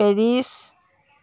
Paris